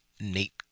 Nate